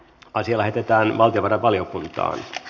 asia lähetettiin valtiovarainvaliokuntaan